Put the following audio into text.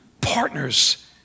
partners